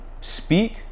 speak